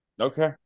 Okay